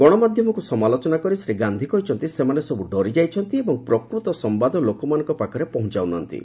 ଗଣମାଧ୍ୟମକୁ ସମାଲୋଚନା କରି ଶ୍ରୀ ଗାନ୍ଧି କହିଛନ୍ତି ସେମାନେ ସବୁ ଡରିଯାଇଛନ୍ତି ଏବଂ ପ୍ରକୃତ ସମ୍ଭାଦ ଲୋକମାନଙ୍କ ପାଖରେ ପହଞ୍ଚାଉ ନାହାନ୍ତି